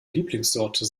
lieblingssorte